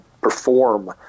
perform